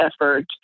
effort